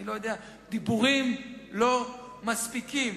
אני לא יודע: דיבורים לא מספיקים.